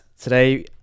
Today